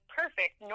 perfect